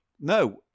No